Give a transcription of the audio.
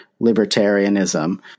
libertarianism